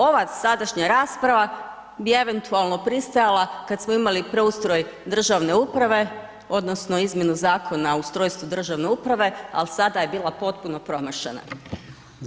Ova sadašnja rasprava bi eventualno pristajala kad smo imali preustroj državne uprave odnosno izmjenu Zakona o ustrojstvu državne uprave, ali sada je bila potpuno promašena.